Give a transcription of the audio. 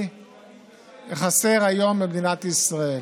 חסר היום במדינת ישראל.